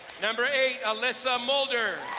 number eight, alyssa mulder.